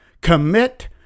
Commit